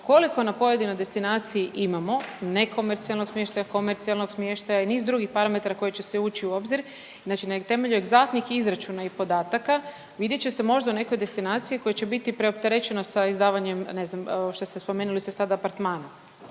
koliko na pojedinoj destinaciji imamo nekomercijalnog smještaja, komercijalnog smještaja i niz drugih parametara koji će svi ući u obzir, znači na temelju egzaktnih izračuna i podataka vidjet će se možda u nekoj destinaciji koja će biti preopterećeno sa izdavanjem ne znam što ste spomenuli ste sad apartmane.